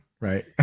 right